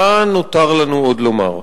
מה נותר לנו עוד לומר?